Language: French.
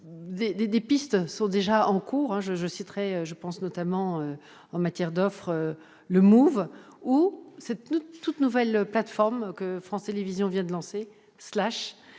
Des pistes sont déjà en cours. Je pense, notamment en matière d'offre, au Mouv'ou à cette toute nouvelle plateforme que France Télévisions vient de lancer, Slash,